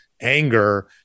anger